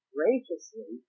Graciously